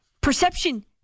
perception